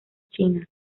china